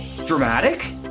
Dramatic